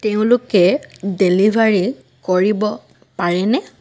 তেওঁলোকে ডেলিভাৰী কৰিব পাৰেনে